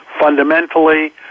fundamentally